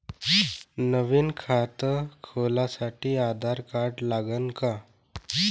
नवीन खात खोलासाठी आधार कार्ड लागन का?